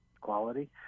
quality